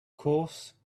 course